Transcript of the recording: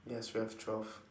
yes we have twelve